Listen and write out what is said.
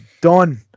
done